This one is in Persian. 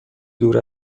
دور